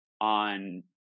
on